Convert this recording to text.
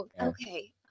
Okay